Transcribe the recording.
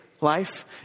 life